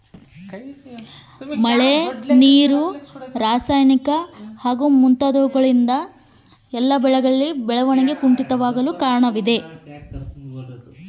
ಸಾಮಾನ್ಯವಾಗಿ ಎಲ್ಲ ಬೆಳೆಗಳಲ್ಲಿ ಬೆಳವಣಿಗೆ ಕುಂಠಿತವಾಗಲು ಪ್ರಮುಖ ಕಾರಣವೇನು?